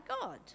God